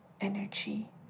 energy